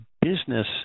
business